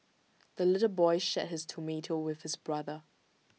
the little boy shared his tomato with his brother